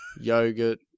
Yogurt